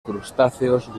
crustáceos